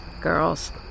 Girls